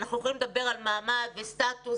אנחנו יכולים לדבר על מעמד וסטטוס,